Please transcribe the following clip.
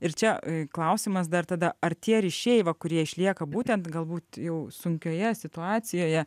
ir čia klausimas dar tada ar tie ryšiai va kurie išlieka būtent galbūt jau sunkioje situacijoje